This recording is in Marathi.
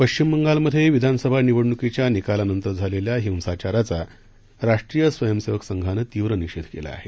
पश्चिम बंगालमधे विधानसभा निवडण्कीच्या निकालानंतर झालेल्या हिंसाचाराचा राष्ट्रीय स्वयंसेवक संघानं तीव्र निषेध केला आहे